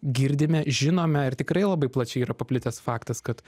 girdime žinome ir tikrai labai plačiai yra paplitęs faktas kad